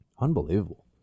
Unbelievable